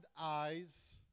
eyes